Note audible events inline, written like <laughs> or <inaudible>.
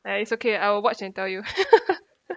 uh it's okay I'll watch and tell you <laughs>